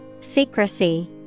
Secrecy